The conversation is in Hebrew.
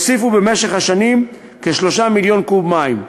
שהוסיפו במשך השנים כ-3 מיליון קוב מים.